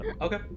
okay